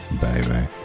baby